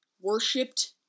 Worshipped